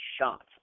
shots